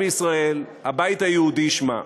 הבית היהודי שמה,